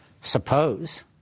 suppose